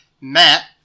Matt